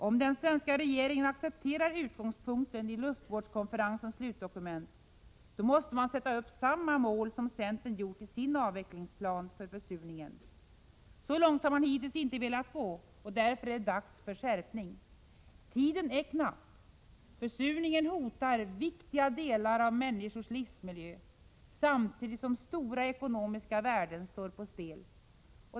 Om den svenska regeringen accepterar utgångspunkten i luftvårdskonferensens slutdokument, måste man sätta upp samma mål som centern gjort i sin Avvecklingsplan för försurningen. Så långt har man hittills inte velat gå. Därför är det dags för skärpning. Tiden är knapp. Försurningen hotar viktiga delar av människors livsmiljö, samtidigt som stora ekonomiska värden står på spel.